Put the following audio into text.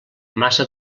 massa